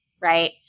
right